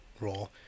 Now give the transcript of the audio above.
role